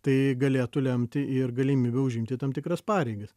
tai galėtų lemti ir galimybę užimti tam tikras pareigas